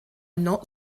not